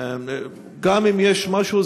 גם אם יש משהו,